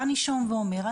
בא נישום ואומר,